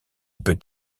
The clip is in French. peut